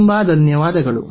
ತುಂಬಾ ಧನ್ಯವಾದಗಳು